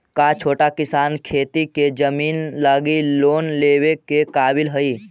का छोटा किसान खेती के जमीन लगी लोन लेवे के काबिल हई?